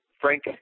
Frank